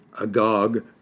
agog